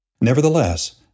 Nevertheless